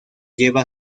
lleva